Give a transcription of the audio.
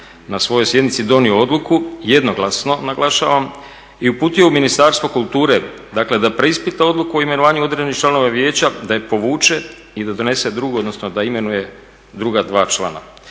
na svojoj sjednici donio odluku, jednoglasno naglašavam, i uputio u Ministarstvo kulture dakle da preispita odluku o imenovanju određenih članova vijeća, da je povuče i da donese drugu odnosno da imenuje druga dva člana